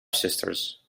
sisters